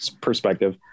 perspective